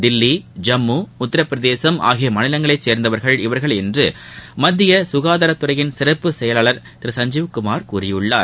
தில்லி ஜம்மு உத்திரபிரதேசம் ஆகிய மாநிலங்களை சேர்ந்தவர்கள் இவர்கள் என்று மத்திய சுகாதாரத் துறையின் சிறப்பு செயலாளர் திரு சஞ்சீவ குமார் கூறியிருக்கிறார்